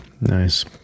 Nice